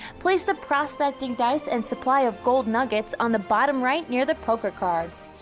place the prospecting dice and supply of gold nuggets on the bottom right near the poker cards.